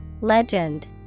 Legend